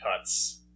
cuts